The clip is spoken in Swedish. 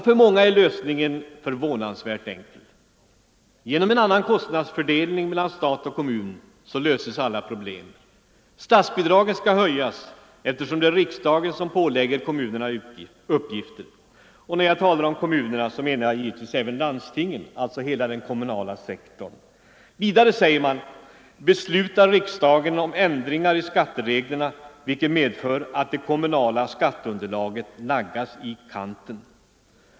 För många är lösningen förvånansvärt enkel. Genom en annan kostnadsfördelning mellan stat och kommun löses alla problem. Statsbidragen skall höjas eftersom det är riksdagen som pålägger kommunerna uppgifter. När jag talar om kommunerna menar jag givetvis även landstingen — alltså hela den kommunala sektorn. Vidare, säger man, beslutar riksdagen om ändringar i skattereglerna, vilket medför att det kommunala skatteunderlaget naggas i kanten.